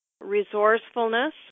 resourcefulness